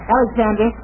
Alexander